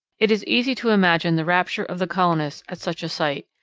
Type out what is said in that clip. it is easy to imagine the rapture of the colonists at such a sight,